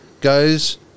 goes